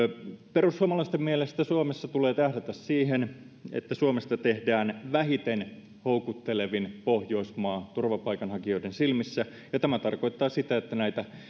perussuomalaisten mielestä suomessa tulee tähdätä siihen että suomesta tehdään vähiten houkutteleva pohjoismaa turvapaikanhakijoiden silmissä ja tämä tarkoittaa sitä että näitä